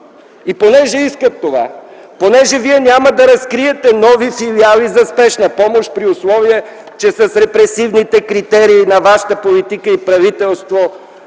и понеже искат това, понеже Вие няма да разкриете нови филиали за спешна помощ при условие, че с репресивните критерии на вашата политика и правителство